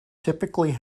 typically